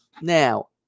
Now